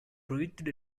breathed